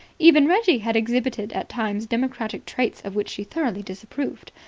even reggie had exhibited at times democratic traits of which she thoroughly disapproved.